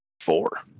Four